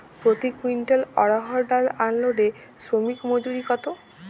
প্রতি কুইন্টল অড়হর ডাল আনলোডে শ্রমিক মজুরি কত?